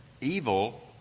evil